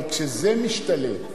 אבל כשזה משתלב במערכת,